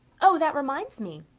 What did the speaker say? oh, that reminds me,